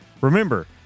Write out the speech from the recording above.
Remember